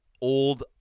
old